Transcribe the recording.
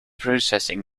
processing